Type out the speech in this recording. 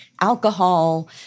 alcohol